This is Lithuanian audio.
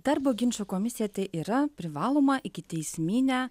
darbo ginčų komisija tai yra privaloma ikiteisminė